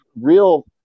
real